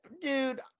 dude